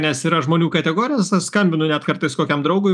nes yra žmonių kategorijos aš skambinu net kartais kokiam draugui